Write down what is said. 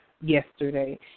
yesterday